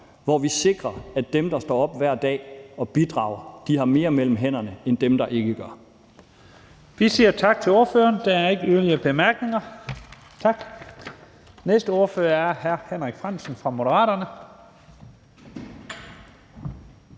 hvor vi sikrer, at dem, der står op hver dag og bidrager, har mere mellem hænderne end dem, der ikke gør.